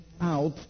out